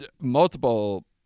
multiple